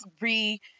re